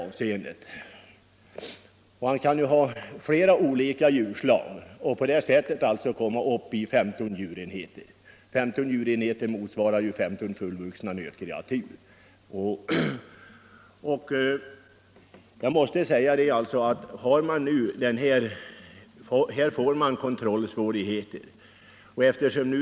En person kan ju ha djur av flera olika slag och på det sättet komma upp i 15 djurenheter, vilket alltså motsvarar 15 fullvuxna nötkreatur, och jag måste säga att här kommer det att uppstå kontrollsvårigheter.